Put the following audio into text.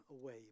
away